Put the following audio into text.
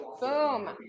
Boom